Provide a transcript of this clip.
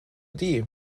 die